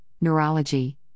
neurology